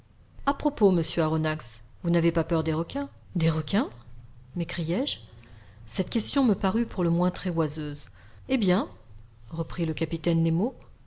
a propos monsieur aronnax vous n'avez pas peur des requins des requins m'écriai-je cette question me parut pour le moins très oiseuse eh bien reprit le capitaine nemo